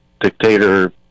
dictator